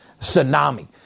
tsunami